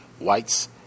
whites